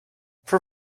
for